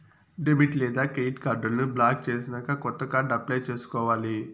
debit లేదా credit కార్డులను block చేసినాక కొత్త కార్డు అప్లై చేసుకోవాలి